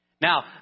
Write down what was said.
Now